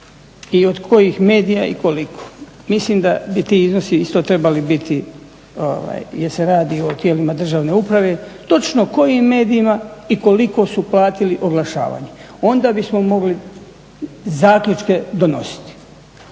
i od kojih medija i koliko, mislim da bi ti iznosi isto trebali biti, jer se radi o tijelima državne uprave, točno kojim medijima i koliko su platili oglašavanje, onda bismo mogli zaključke donositi.